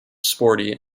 sporty